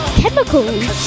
chemicals